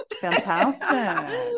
Fantastic